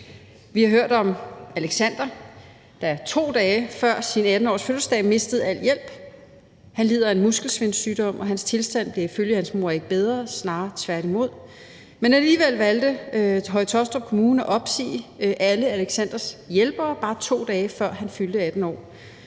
Vi har hørt om Alexander, der 2 dage før sin 18-årsfødselsdag mistede al hjælp. Han lider af en muskelsvindsygdom, og hans tilstand blev ifølge hans mor ikke bedre, snarere tværtimod. Alligevel valgte Høje-Taastrup Kommune at opsige alle Alexanders hjælpere, bare 2 dage før han fyldte 18 år.